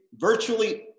virtually